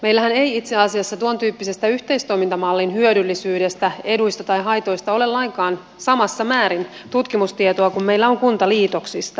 meillähän ei itse asiassa tuon tyyppisestä yhteistoimintamallin hyödyllisyydestä eduista tai haitoista ole lainkaan samassa määrin tutkimustietoa kuin meillä on kuntaliitoksista